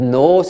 no